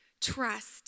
Trust